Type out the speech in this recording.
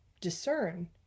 discern